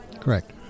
Correct